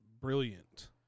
brilliant